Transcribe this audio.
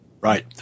Right